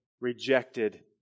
rejected